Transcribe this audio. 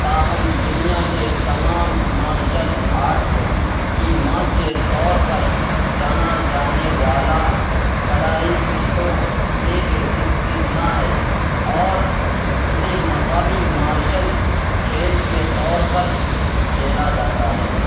تاہم دنیا کے تمام مارشل آرٹس کی ماں کے طور پر جانا جانے والا کلاریپیتو ایک استثنا ہے اور اسے مقامی مارشل کھیل کے طور پر کھیلا جاتا ہے